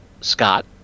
Scott